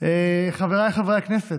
חברי הכנסת,